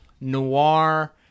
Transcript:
noir